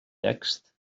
text